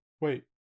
Wait